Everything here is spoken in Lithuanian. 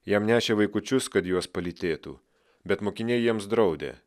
jam nešė vaikučius kad juos palytėtų bet mokiniai jiems draudė